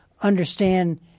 understand